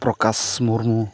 Prakash Murmu